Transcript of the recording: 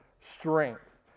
strength